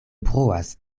bruas